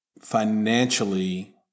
financially